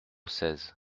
seize